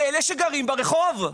לאלה שגרים ברחוב.